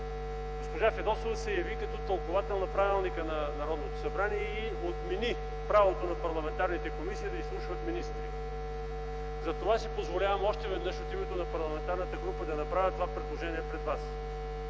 Госпожа Фидосова се яви като тълкувател на правилника на Народното събрание и отмени правото на парламентарните комисии да изслушват министри. Затова си позволявам още веднъж от името на парламентарната ни група да направя това предложение пред вас.